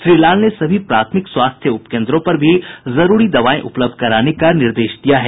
श्री लाल ने सभी प्राथमिक स्वास्थ्य उप केन्द्रों पर भी जरूरी दवाएं उपलब्ध कराने का निर्देश दिया है